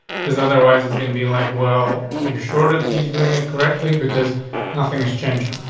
because otherwise it's gonna be like, well, are you shorted? he's doing it correctly because nothing is changing.